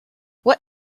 what